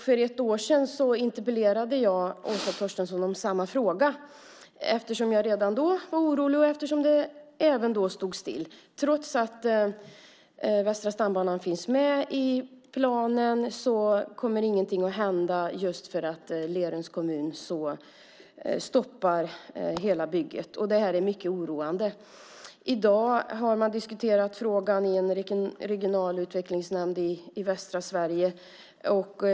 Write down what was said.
För ett år sedan interpellerade jag Åsa Torstensson i samma fråga eftersom jag redan då var orolig och eftersom det även då stod still. Trots att Västra stambanan finns med i planen kommer ingenting att hända därför att Lerums kommun stoppar hela bygget. Det är mycket oroande. I dag har man diskuterat frågan i en regional utvecklingsnämnd i västra Sverige.